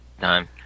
Time